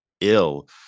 ill